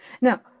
Now